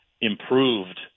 improved